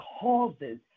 causes